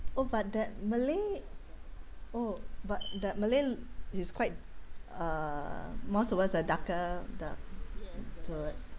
oh but that malay oh but the malay is quite (uh )more towards a darker the towards